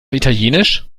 italienisch